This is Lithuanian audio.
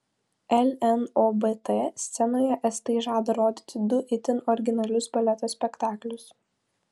lnobt scenoje estai žada rodyti du itin originalius baleto spektaklius